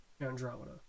Andromeda